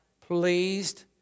Pleased